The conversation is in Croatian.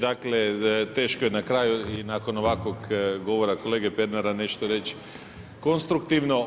Dakle, teško je na kraju i nakon ovakvog govora kolege Pernara nešto reći konstruktivno.